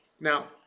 Now